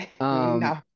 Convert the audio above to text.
No